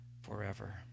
forever